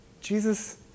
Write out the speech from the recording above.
Jesus